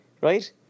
Right